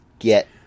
get